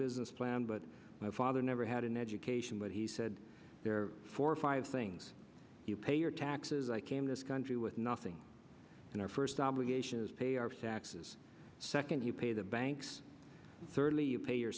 business plan but my father never had an education but he said there are four or five things you pay your taxes i came this country with nothing and our first obligation is pay our taxes second you pay the banks thirdly you pay your